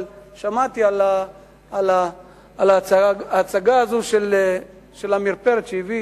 אבל שמעתי על ההצגה הזאת של עמיר פרץ שהביא